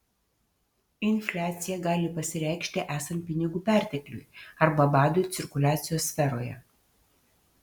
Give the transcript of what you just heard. infliacija gali pasireikšti esant pinigų pertekliui arba badui cirkuliacijos sferoje